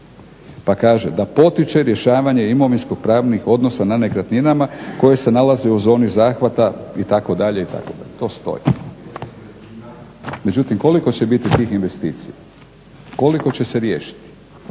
Pa kaže "da potiče rješavanje imovinsko-pravnih odnosa na nekretninama koje se nalaze u zoni zahvata" itd. to stoji. Međutim koliko će biti tih investicija, koliko će se riješiti,